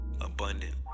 abundant